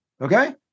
Okay